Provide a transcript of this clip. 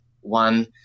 one